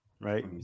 right